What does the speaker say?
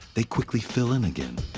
they quickly fill in again.